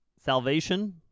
salvation